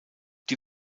die